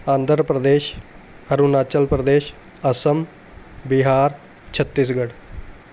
Andhra Pradesh Arunachal Pradesh Assam Bihar Chhattisgarh